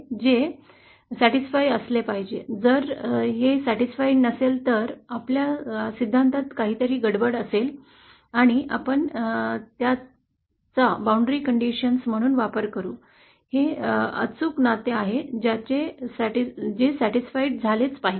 हे समाधानी असले पाहिजे जर हे समाधानी नसेल तर आपल्या सिद्धांतात काहीतरी गडबड असेल आणि आपण त्याचा सीमारेषेची अट म्हणून वापर करू हे अचूक नाते आहे ज्याचे समाधान झाले पाहिजे